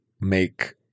make